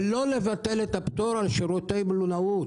ולא לבטל את הפטור על שירותי בולאות.